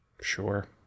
Sure